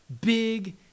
big